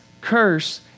curse